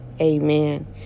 Amen